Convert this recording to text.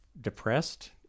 depressed